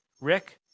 rick